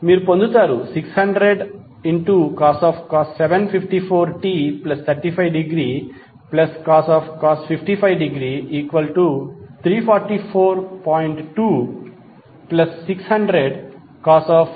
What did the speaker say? మీరు పొందుతారు 600cos 754t35° cos 55° 344